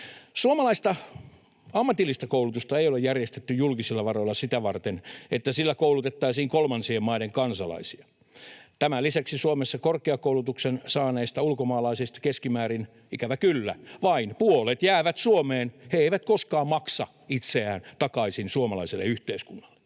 Suomalaista ammatillista koulutusta ei ole järjestetty julkisilla varoilla sitä varten, että sillä koulutettaisiin kolmansien maiden kansalaisia. Tämän lisäksi Suomessa korkeakoulutuksen saaneista ulkomaalaisista keskimäärin, ikävä kyllä, vain puolet jää Suomeen — he eivät koskaan maksa itseään takaisin suomalaiselle yhteiskunnalle.